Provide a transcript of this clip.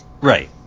Right